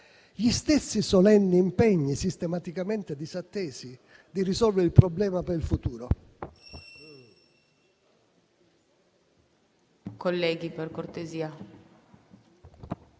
gli stessi solenni impegni sistematicamente disattesi di risolvere il problema per il futuro.